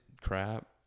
crap